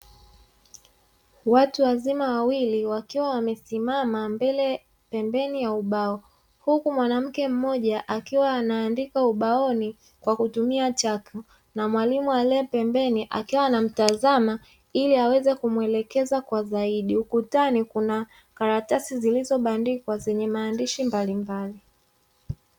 Watu wazima wawili, wakiwa wamesimama pembeni ya ubao, huku mwanamke mmoja akiwa anaandika ubaoni kwa kutumia chaki na mwalimu aliye pembeni akiwa anamtazama ili aweze kumuelekeza kwa zaidi. Ukutani kuna karatasi zilizobandikwa, zenye maandishi mbalimbali.